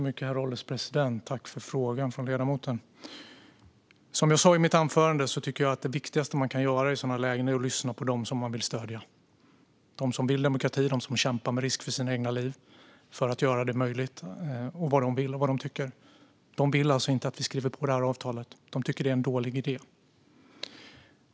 Herr ålderspresident! Tack, ledamoten, för frågan! Som jag sa i mitt anförande tycker jag att det viktigaste man kan göra i sådana här lägen är att lyssna på dem som man vill stödja. Det är de som vill ha demokrati och som kämpar med risk för sina egna liv för att göra det möjligt. Man ska lyssna på vad de vill och vad de tycker, och de vill alltså inte att vi skriver på avtalet. De tycker att det är en dålig idé.